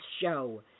Show